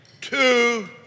two